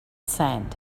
sand